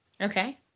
Okay